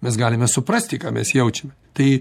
mes galime suprasti ką mes jaučiame tai